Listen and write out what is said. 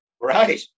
Right